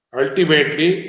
ultimately